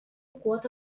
quota